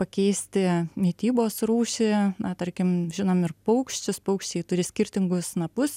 pakeisti mitybos rūšį na tarkim žinom ir paukščius paukščiai turi skirtingus snapus